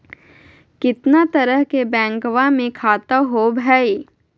कितना तरह के बैंकवा में खाता होव हई?